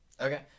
Okay